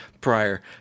prior